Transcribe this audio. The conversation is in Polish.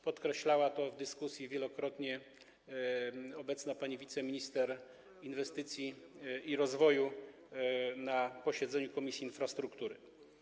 Podkreślała to w dyskusji wielokrotnie obecna pani wiceminister inwestycji i rozwoju na posiedzeniu Komisji Infrastruktury.